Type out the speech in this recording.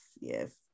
yes